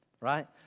right